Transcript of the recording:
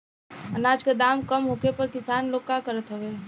अनाज क दाम कम होखले पर किसान लोग का करत हवे?